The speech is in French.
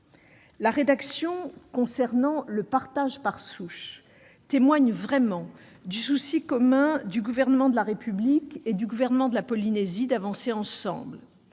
La rédaction concernant le partage par souche témoigne vraiment du souci commun du Gouvernement de la République et du Gouvernement de la Polynésie française d'avancer ensemble,